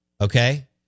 Okay